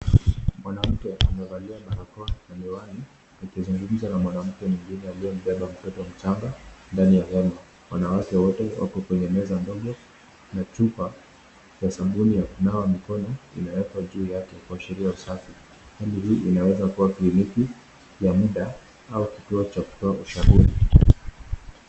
Mwanamke amevalia barakoa na miwani akizungumza na mwanamke mwingine aliyembeba mtoto mchanga ndani ya hema. Wanawake wote wako kwenye meza ndogo na chupa ya sabuni ya kunawa mikono imewekwa juu yake, kuashiria usafi. Hi inaweza kuwa kliniki ya muda au kituo cha kutoa ushauri.